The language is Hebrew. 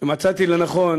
מצאתי לנכון